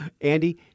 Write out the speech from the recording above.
Andy